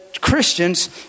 Christians